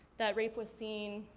that rape was seen,